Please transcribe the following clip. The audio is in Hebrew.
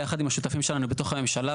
ביחד עם השותפים שלנו בתוך הממשלה,